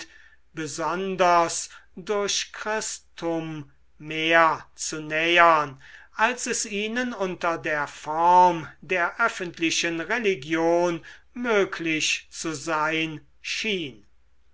besonders durch christum mehr zu nähern als es ihnen unter der form der öffentlichen religion möglich zu sein schien